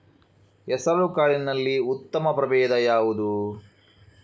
ಹೆಸರುಕಾಳಿನಲ್ಲಿ ಉತ್ತಮ ಪ್ರಭೇಧ ಯಾವುದು?